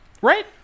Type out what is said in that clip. Right